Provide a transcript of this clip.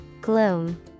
Gloom